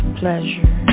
pleasure